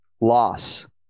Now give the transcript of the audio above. loss